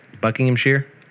Buckinghamshire